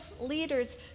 leaders